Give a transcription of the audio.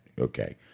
Okay